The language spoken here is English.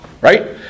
right